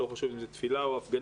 לא חשוב אם זאת תפילה או הפגנה,